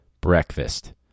breakfast